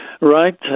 Right